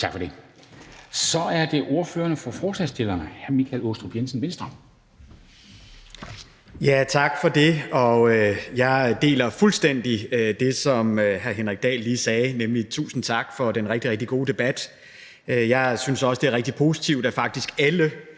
Venstre. Kl. 10:46 (Ordfører for forslagsstillerne) Michael Aastrup Jensen (V): Tak for det. Jeg deler fuldstændig det, som hr. Henrik Dahl lige sagde, nemlig et tusind tak for den rigtig, rigtig gode debat. Jeg synes også, det er rigtig positivt, at faktisk alle